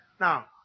Now